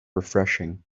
refreshing